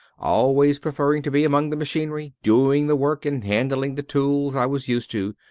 always preferring to be among the machinery, doing the work and handling the tools i was used to,